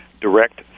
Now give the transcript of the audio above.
direct